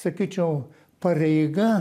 sakyčiau pareiga